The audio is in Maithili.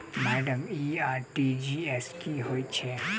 माइडम इ आर.टी.जी.एस की होइ छैय?